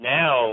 now